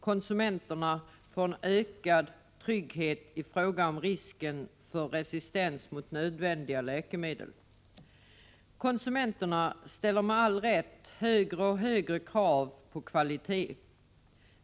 Konsumenterna får en ökad trygghet i fråga om risken för resistens mot nödvändiga läkemedel. Konsumenterna ställer med all rätt högre och högre krav på kvalitet.